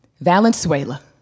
Valenzuela